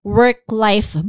work-life